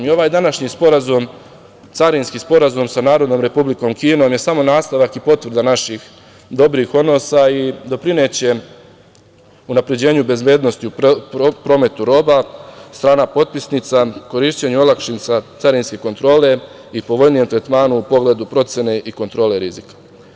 I ovaj današnji sporazum, carinski sporazum sa Narodnom Republikom Kinom je samo nastavak i potvrda naših dobrih odnosa i doprineće unapređenju bezbednosti u prometu roba, strana potpisnica korišćenje olakšica carinske kontrole i povoljnijem tretmanu u pogledu procene i kontrole rizika.